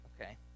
okay